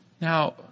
Now